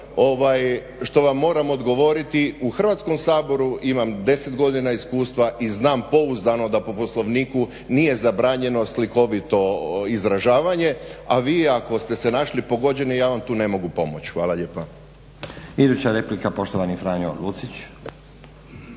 što vam moram odgovoriti u Hrvatskom saboru imam 10 godina iskustva i znam pouzdano da po Poslovniku nije zabranjeno slikovito izražavanje, a vi ako ste se našli pogođeni ja vam tu ne mogu pomoći. Hvala lijepa.